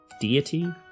deity